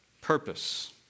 purpose